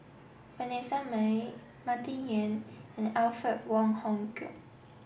Vanessa Mae Martin Yan and Alfred Wong Hong Kwok